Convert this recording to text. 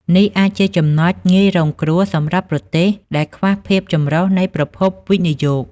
នេះអាចជាចំណុចងាយរងគ្រោះសម្រាប់ប្រទេសដែលខ្វះភាពចម្រុះនៃប្រភពវិនិយោគ។